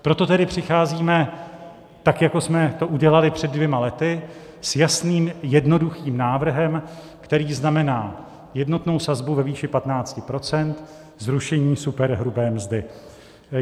Proto tedy přicházíme, tak jako jsme to udělali před dvěma lety, s jasným, jednoduchým návrhem, který znamená jednotnou sazbu ve výši 15 %, zrušení superhrubé mzdy.